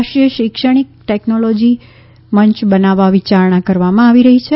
રાષ્ટ્રીય શૈક્ષણિક ટેકનોલોજી મંય બનાવવા વિચારણા કરવામાં આવી રહી છે